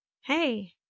hey